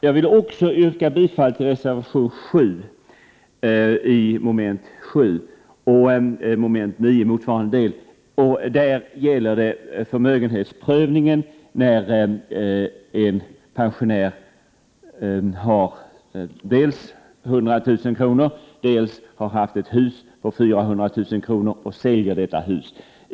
Jag vill även yrka bifall till reservation 7, mom. 7 och 9. Det gäller förmögenhetsprövningen av pensionärernas extra avdrag då pensionärer dels har en förmögenhet på 100 000 kr., dels har haft hus för 400 000 kr. och säljer detta hus.